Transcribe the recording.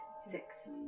Six